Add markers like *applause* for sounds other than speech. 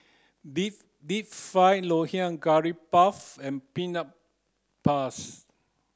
deep deep fried ngoh hiang curry puff and peanut *unintelligible*